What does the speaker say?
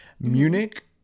Munich